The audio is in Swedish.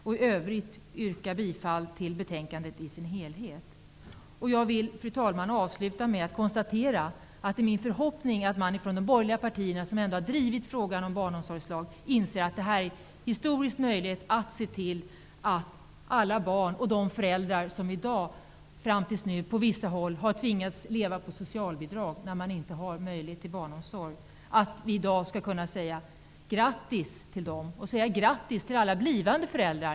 I övrigt yrkar jag bifall till utskottets hemställan i dess helhet. Fru talman! Jag vill sluta med att konstatera att det är min förhoppning att de borgerliga partierna, som har drivit frågan om en barnomsorgslag, inser att de nu har en historisk möjlighet att se till vi i dag kan säga grattis till alla barn, till de föräldrar som tills i dag har tvingats leva på socialbidrag när de inte har haft möjlighet till barnomsorg och till alla blivande föräldrar.